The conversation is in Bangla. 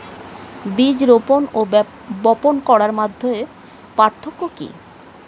বীজ রোপন ও বপন করার মধ্যে পার্থক্য কি?